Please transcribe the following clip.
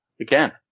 again